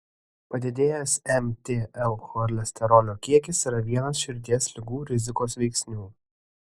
padidėjęs mtl cholesterolio kiekis yra vienas širdies ligų rizikos veiksnių